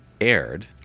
aired